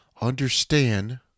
Understand